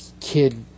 Kid